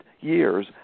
years